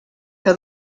que